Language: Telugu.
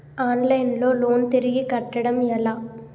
ఆన్లైన్ లో లోన్ తిరిగి కట్టడం ఎలా?